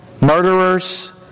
murderers